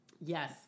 Yes